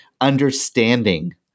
understanding